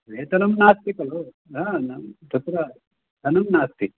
वेतनं नास्ति खलु आ तत्र धनं नास्ति